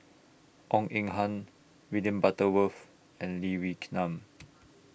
Goh Eng Han William Butterworth and Lee Wee Nam